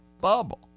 bubble